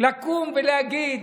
לקום ולהגיד: